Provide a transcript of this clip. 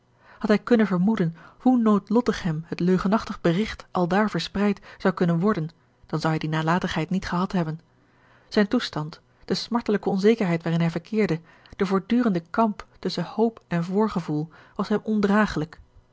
had hij kunnen vermoeden hoe noodlottig hem het leugenachtig berigt aldaar verspreid zou kunnen worden dan zou hij die nalatigheid niet gehad hebben zijn toestand de smartelijke onzekerheid waarin hij verkeerde de voortdurende kamp tusschen hoop en voorgevoel was hem ondragelijk